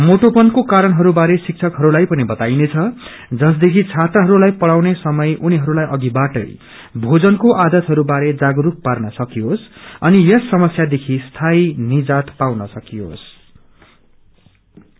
मोटोपनको कारणहरू बारे शिक्षकहरूलाई पनि बताइनेछ जसदेखि छात्रहरूलाई पढ़ाउने समय उनीहरूलाई अपिबाटै भोजनको आदतहरूबारे जागरूक पानै सकियोस् अनि यस समस्यादेखि स्थायी निजात पाउन सकियोस्